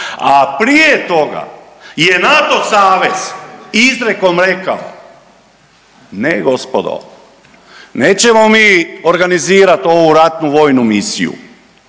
a prije toga je NATO savez izrijekom rekao, ne gospodo nećemo mi organizirat ovu ratnu vojnu misiju